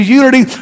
unity